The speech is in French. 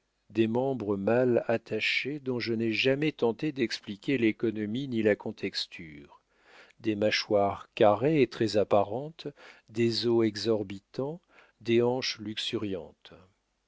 des membres mal attachés dont je n'ai jamais tenté d'expliquer l'économie ni la contexture des mâchoires carrées et très apparentes des os exorbitants des hanches luxuriantes